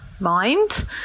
mind